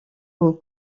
aux